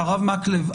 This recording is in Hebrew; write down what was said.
הרב מקלב,